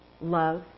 love